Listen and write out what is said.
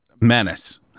menace